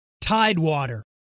Tidewater